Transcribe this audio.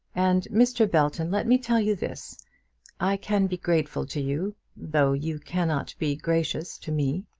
and, mr. belton, let me tell you this i can be grateful to you, though you cannot be gracious to me.